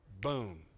Boom